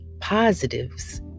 Positives